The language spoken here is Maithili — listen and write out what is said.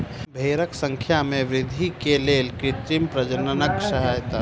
भेड़क संख्या में वृद्धि के लेल कृत्रिम प्रजननक सहयता लेल गेल